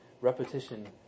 Repetition